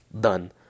Done